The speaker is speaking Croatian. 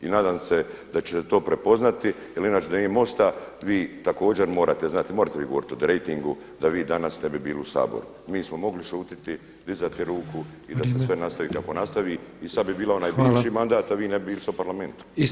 I nadam se da ćete te prepoznat jeli inče da nije MOST-a vi također morate znate, možete vi govoriti o rejtingu da vi danas ne bi bili u Saboru. mi smo mogli šutiti, dizati ruku i da se sve nastavi kako nastavi [[Upadica Petrov: Vrijeme.]] i sada bila onaj bivši mandat, a vi ne bi bili sada u Parlamentu.